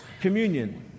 communion